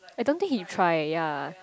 I don't think he try ya